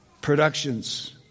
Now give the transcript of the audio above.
productions